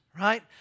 right